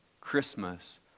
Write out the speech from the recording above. Christmas